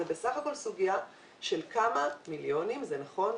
זאת בסך הכול סוגיה של כמה מיליונים זה נכון,